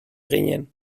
ginen